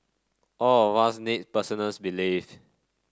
all of us need 's belief